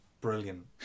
Brilliant